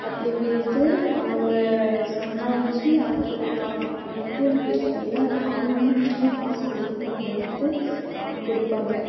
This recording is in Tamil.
அப்படி விற்று அவங்க சம்பாரித்து அதில் நாங் நாங்கள் கூலிக்கு விப்போம் இல்லை அவங்கட்ட காசு கொடுத்துட்டு அவங்க விற்று அவங்க கொடுப்பாங்க